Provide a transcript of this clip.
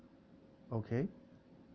okay